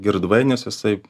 girdvainis jisai